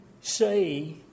say